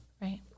Right